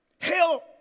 Hell